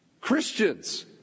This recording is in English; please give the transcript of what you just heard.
Christians